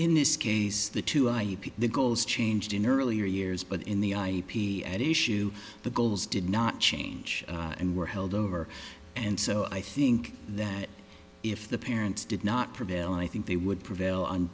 in this case that the goals changed in earlier years but in the ip at issue the goals did not change and were held over and so i think that if the parents did not prevail i think they would prevail on